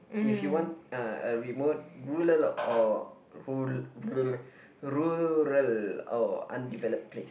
if you want uh remote ruler or old rural or undeveloped place